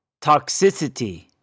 toxicity